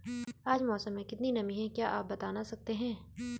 आज मौसम में कितनी नमी है क्या आप बताना सकते हैं?